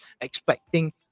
expecting